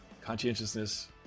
Conscientiousness